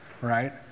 Right